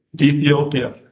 Ethiopia